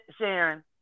Sharon